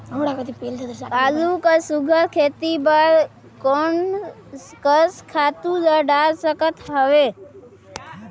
आलू कर सुघ्घर खेती बर मैं कोन कस खातु ला डाल सकत हाव?